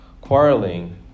quarreling